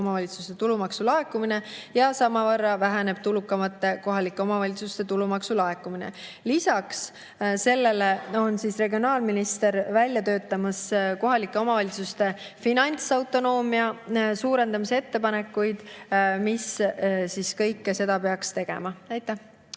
omavalitsuste tulumaksu laekumine ja samavõrra väheneb tulukamate kohalike omavalitsuste tulumaksu laekumine. Lisaks sellele töötab regionaalminister välja kohalike omavalitsuste finantsautonoomia suurendamise ettepanekuid, mis kõike seda peaks tegema. …